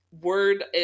word